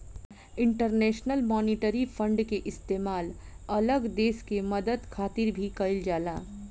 international monetary fund के इस्तेमाल अलग देश के मदद खातिर भी कइल जाला